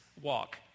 walk